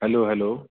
hello hello